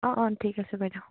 অঁ অঁ ঠিক আছে বাইদেউ